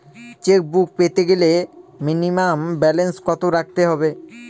Chequebook পেতে গেলে minimum balance কত রাখতে হবে?